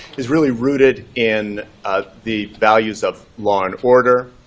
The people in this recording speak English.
is really rooted in the values of law and order,